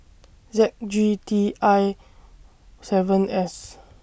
Z G T I seven S